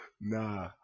Nah